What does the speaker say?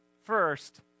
First